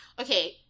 Okay